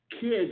kids